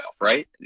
right